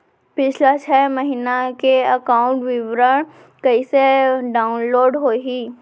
पिछला छः महीना के एकाउंट विवरण कइसे डाऊनलोड होही?